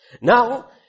Now